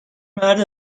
مرد